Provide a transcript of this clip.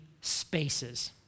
spaces